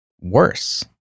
worse